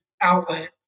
outlet